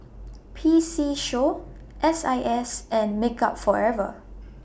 P C Show S I S and Makeup Forever